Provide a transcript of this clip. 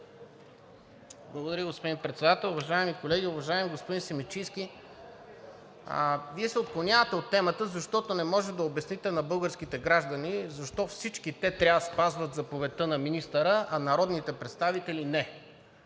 Благодаря, господин Председател. Уважаеми колеги, уважаеми господин Симидчиев, Вие се отклонявате от темата, защото не можете да обясните на българските граждани защо всички те трябва да спазват заповедта на министъра, а народните представители – не.